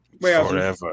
Forever